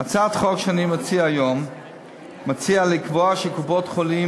בהצעת החוק שאני מציע היום מוצע לקבוע שקופות-חולים